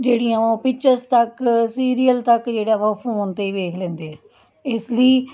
ਜਿਹੜੀਆਂ ਉਹ ਪਿਕਚਰਸ ਤੱਕ ਸੀਰੀਅਲ ਤੱਕ ਜਿਹੜੇ ਵਾ ਉਹ ਫੋਨ 'ਤੇ ਵੇਖ ਲੈਂਦੇ ਆ ਇਸ ਲਈ